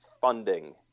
funding